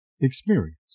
experience